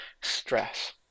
stress